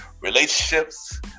relationships